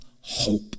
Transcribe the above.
hope